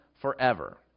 forever